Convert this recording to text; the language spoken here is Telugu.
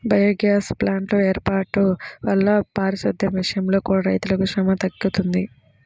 బయోగ్యాస్ ప్లాంట్ల వేర్పాటు వల్ల పారిశుద్దెం విషయంలో కూడా రైతులకు శ్రమ తగ్గుతుంది